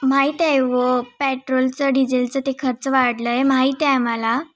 माहीत आहे वो पेट्रोलचं डिझेलचं ते खर्च वाढलं आहे माहीत आहे आम्हाला